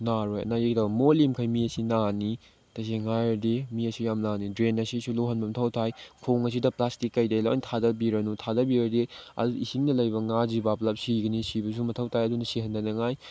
ꯅꯥꯔꯣꯏ ꯃꯣꯠꯂꯤꯝꯈꯩ ꯃꯤꯁꯤ ꯅꯥꯅꯤ ꯇꯁꯦꯡꯅ ꯍꯥꯏꯔꯗꯤ ꯃꯤ ꯑꯁꯤ ꯌꯥꯝ ꯅꯥꯅꯩ ꯗ꯭ꯔꯦꯟ ꯑꯁꯤꯁꯨ ꯂꯨꯍꯟꯕ ꯃꯊꯧ ꯇꯥꯏ ꯈꯣꯡ ꯑꯁꯤꯗ ꯄ꯭ꯂꯥꯁꯇꯤꯛ ꯀꯩꯗꯒꯤ ꯂꯣꯏ ꯊꯥꯗꯕꯤꯔꯅꯨ ꯊꯥꯗꯕꯤꯔꯗꯤ ꯑꯗꯨ ꯏꯁꯤꯡꯗ ꯂꯩꯔꯤꯕ ꯉꯥꯁꯤꯐꯥꯎ ꯄꯨꯂꯞ ꯁꯤꯒꯅꯤ ꯁꯤꯕꯁꯨ ꯃꯊꯧ ꯇꯥꯏ ꯑꯗꯨꯅ ꯁꯤꯍꯟꯗꯅꯉꯥꯏ